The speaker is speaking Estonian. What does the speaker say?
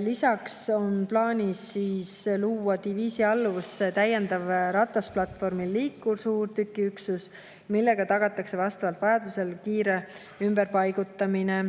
Lisaks on plaanis luua diviisi alluvusse täiendav ratasplatvormil liikursuurtükkide üksus, millega tagatakse vastavalt vajadusele kiire ümberpaigutamine